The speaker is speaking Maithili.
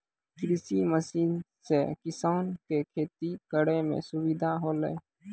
कृषि मसीन सें किसान क खेती करै में सुविधा होलय